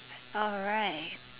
alright